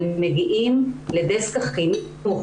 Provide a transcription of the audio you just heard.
והם מגיעים לדסק החינוך,